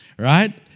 Right